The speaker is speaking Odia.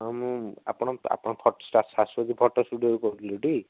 ହଁ ମୁଁ ଆପଣ ଆପଣ ଫୋଟ ଶାଶ୍ଵତୀ ଫୋଟ ଷ୍ଟୁଡ଼ିଓରୁ କହୁଥିଲେ ଟି